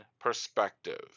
perspective